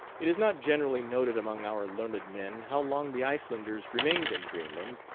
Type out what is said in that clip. it is not generally noted among our learned men how long the icelanders remained in greenland,